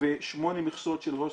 ושמונה מכסות של הוסטל.